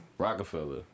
Rockefeller